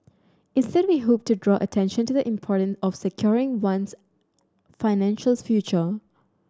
instead we hoped to draw attention to the importance of securing one's financial future